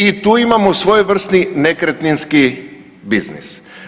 I tu imamo svojevrsni nekretninski biznis.